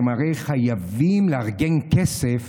הם הרי חייבים לארגן כסף